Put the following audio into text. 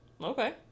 Okay